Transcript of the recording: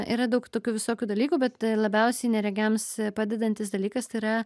yra daug tokių visokių dalykų bet labiausiai neregiams padedantis dalykas tai yra